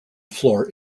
floor